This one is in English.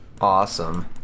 Awesome